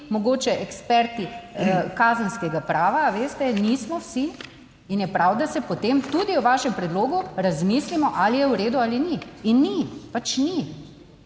mogoče eksperti kazenskega prava, a veste, nismo vsi in je prav, da se potem tudi o vašem predlogu razmislimo, ali je v redu ali ni in ni, pač ni.